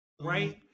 right